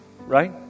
Right